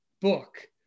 book